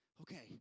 Okay